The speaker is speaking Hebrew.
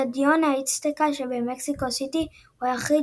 אצטדיון האצטקה שבמקסיקו סיטי הוא היחיד